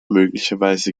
möglicherweise